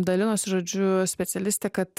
dalinosi žodžiu specialistė kad